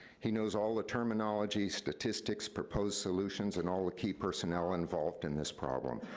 he knows all the terminology, statistics, proposed solutions, and all the keepers and now involved in this problem.